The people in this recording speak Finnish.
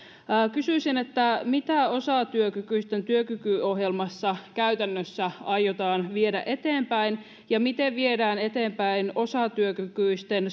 kysyisin mitä osatyökykyisten työkykyohjelmassa käytännössä aiotaan viedä eteenpäin ja miten viedään eteenpäin osatyökykyisten